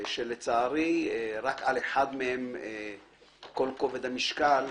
שלצערי רק על אחד מהם כל כובד המשקל,